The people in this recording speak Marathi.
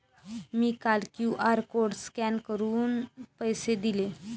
मी काल क्यू.आर कोड स्कॅन करून पैसे दिले